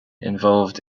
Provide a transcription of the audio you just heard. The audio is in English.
involved